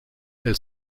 elle